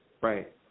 Right